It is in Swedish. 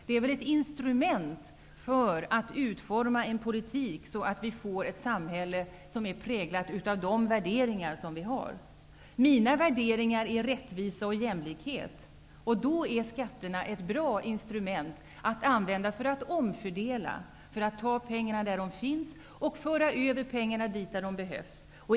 De är väl ett instrument för att utforma en politik som gör att vi får ett samhälle som är präglat av de värderingar vi har. Mina värderingar är rättvisa och jämlikhet. Då är skatterna ett bra instrument att använda för att omfördela, dvs. ta pengarna där de finns och föra över dem dit där de behövs.